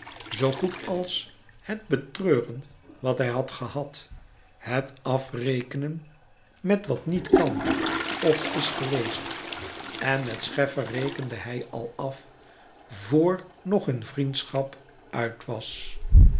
zoo goed als het betreuren wat hij had gehad het afrekenen met wat niet kan of is geweest en met scheffer rekende hij al af vr nog hun vriendschap uit was